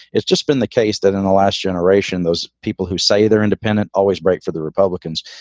it's just been the case that in the last generation, those people who say they're independent always break for the republicans.